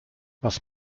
was